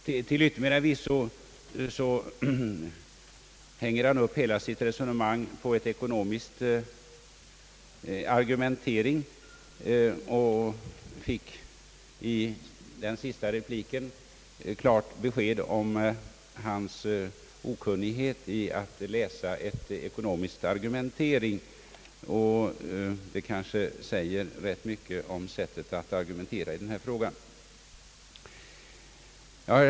Till yttermera visso hänger han upp hela sitt resonemang på en ekonomisk argumentering. Vi fick i den sista repliken klart besked om hans okunnighet i att läsa en ekonomisk argumentering, och det kanske säger rätt mycket om hans sätt att argumentera i denna fråga.